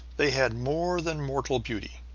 they had more than mortal beauty,